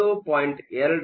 ಗಳ ಮೌಲ್ಯವನ್ನು ಹೊಂದಿದೆ